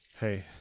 Hey